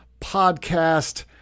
podcast